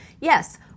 yes